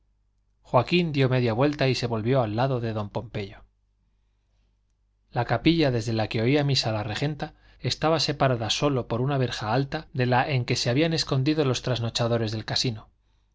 joaquín dio media vuelta y se volvió al lado de don pompeyo la capilla desde la que oía misa la regenta estaba separada sólo por una verja alta de la en que se habían escondido los trasnochadores del casino ana